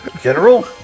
General